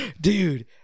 dude